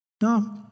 No